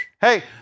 Hey